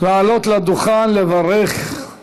לעלות לדוכן לברך על